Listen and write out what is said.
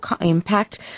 impact